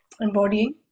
embodying